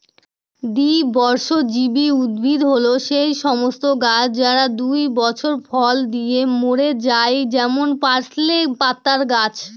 দ্বিবর্ষজীবী উদ্ভিদ হল সেই সমস্ত গাছ যারা দুই বছর ফল দিয়ে মরে যায় যেমন পার্সলে পাতার গাছ